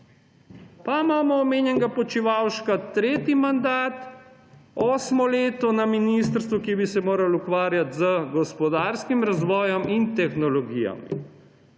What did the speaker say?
Pa imamo omenjenega Počivalška tretji mandat, osmo leto na ministrstvu, ki bi se moralo ukvarjati z gospodarskim razvojem in tehnologijo.